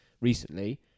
recently